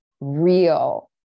real